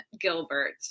Gilbert